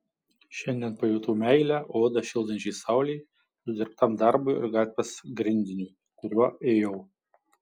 šiandien pajutau meilę odą šildančiai saulei nudirbtam darbui ir gatvės grindiniui kuriuo ėjau